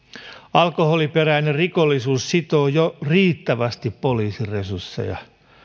alkoholiperäinen rikollisuus sitoo jo riittävästi poliisin resursseja